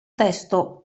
testo